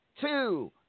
two